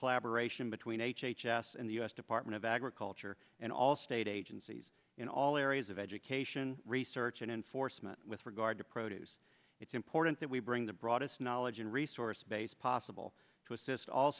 collaboration between h h s and the u s department of agriculture and all state agencies in all areas of education research and enforcement with regard to produce it's important that we bring the broadest knowledge and resource base possible to assist all